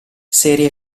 serie